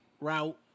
route